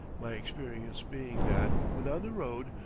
my experience being that, when on the road,